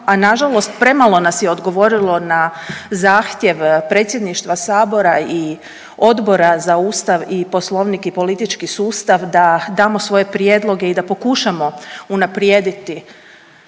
a nažalost premalo nas je odgovorilo na zahtjev predsjedništva sabora i Odbora za Ustav i Poslovnik i politički sustav da damo svoje prijedloge i da pokušamo unaprijediti